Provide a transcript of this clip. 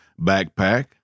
backpack